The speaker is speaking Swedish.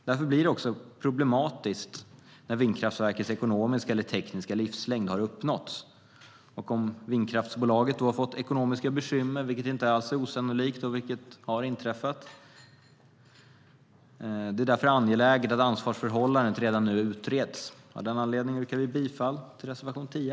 Därför blir det problematiskt när vindkraftverkets ekonomiska eller tekniska livslängd har uppnåtts och vindkraftsbolaget kanske har fått ekonomiska bekymmer, vilket inte alls är osannolikt utan har inträffat. Det är därmed angeläget att ansvarsförhållandet redan nu utreds, och av den anledningen yrkar jag bifall till reservation 10.